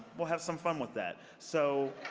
we'll have some fun with that. so